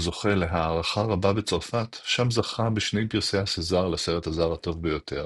הוא זוכה להערכה רבה בצרפת שם זכה בשני פרסי הסזאר לסרט הזר הטוב ביותר,